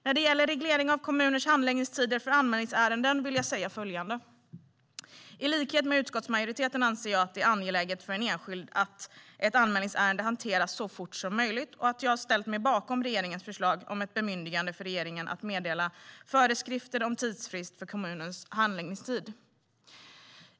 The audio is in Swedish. När det gäller reglering av kommuners handläggningstider för anmälningsärenden vill jag säga följande: I likhet med utskottsmajoriteten anser jag att det är angeläget för en enskild att ett anmälningsärende hanteras så fort som möjligt. Jag har ställt mig bakom regeringens förslag om ett bemyndigande för regeringen att meddela föreskrifter om tidsfrist för kommunens handläggningstid.